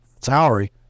salary